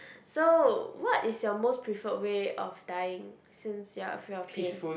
so what is your most prefer way of dying since your are fear of pain